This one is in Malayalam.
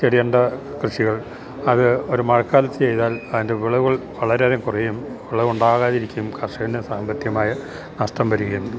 കൃഷികൾ അത് ഒരു മഴക്കാലത്തു ചെയ്താൽ അതിൻ്റെ വിളവുകൾ വളരെയധികം കുറയും വിളവുണ്ടാകാതിരിക്കുകയും കർഷകനു സാമ്പത്തികമായ നഷ്ടം വരികയും